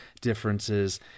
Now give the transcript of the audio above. differences